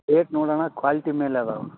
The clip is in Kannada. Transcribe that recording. ರೇಟ್ ನೋಡಣ್ಣ ಕ್ವಾಲ್ಟಿ ಮೇಲೆ ಇದಾವ್